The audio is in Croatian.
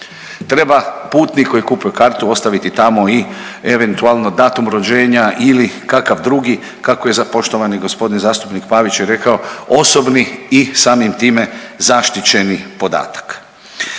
treba putnik koji kupuje kartu ostaviti tamo i eventualno datum rođenja ili kakav drugi, kako je poštovani gospodin zastupnik Pavić i rekao osobni i samim time zaštićeni podatak.